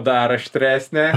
dar aštresnė